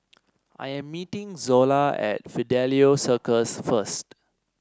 I am meeting Zola at Fidelio Circus first